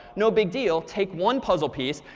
no big deal. take one puzzle piece,